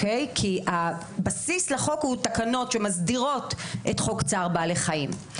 כי הבסיס לחוק הוא תקנות שמסדירות את חוק צער בעלי חיים.